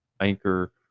anchor